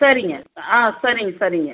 சரிங்க ஆ சரிங்க சரிங்க